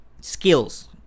skills